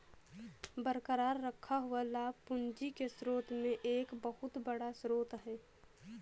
बरकरार रखा हुआ लाभ पूंजी के स्रोत में एक बहुत बड़ा स्रोत है